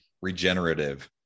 regenerative